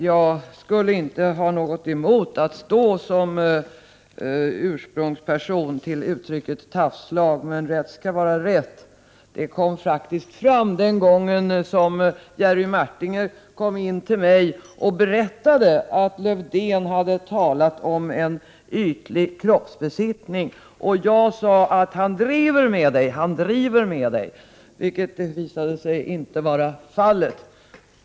Herr talman! Jag skulle inte ha något emot att stå som ursprungsperson till uttrycket ”tafslag”, men rätt skall vara rätt. Det kom fram den gången Jerry Martinger kom in till mig och berättade att Lars-Erik Lövdén hade talat om en ytlig kroppsbesiktning. Jag sade: ”Han driver med dig, han driver med dig!” , men så visade sig inte vara fallet.